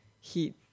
heat